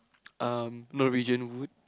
um no religion would